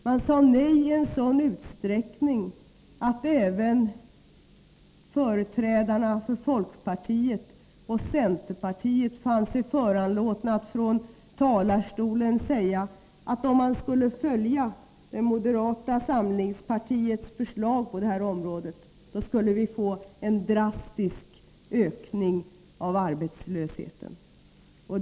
Man sade nej i en sådan utsträckning att även företrädare för folkpartiet och centerpartiet fann sig föranlåtna att från talarstolen säga, att om man skulle följa moderata samlingspartiets förslag på det här området skulle vi få en drastisk ökning av arbetslösheten.